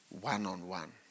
one-on-one